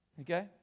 Okay